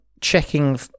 checking